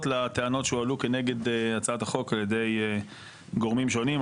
לטענות שהועלו כנגד הצעת החוק על ידי גורמים שונים,